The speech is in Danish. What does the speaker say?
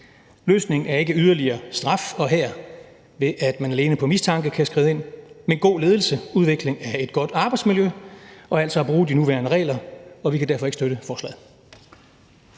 Løsningen er ikke yderligere straf – her ved at man alene på mistanke kan skride ind – men god ledelse, udvikling af et godt arbejdsmiljø og altså at bruge de nuværende regler, og vi kan derfor ikke støtte forslaget.